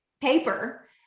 paper